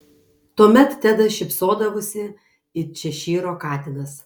tuomet tedas šypsodavosi it češyro katinas